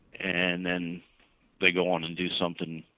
and then they go on and do something